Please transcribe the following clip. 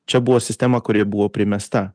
čia buvo sistema kuri buvo primesta